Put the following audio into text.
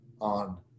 on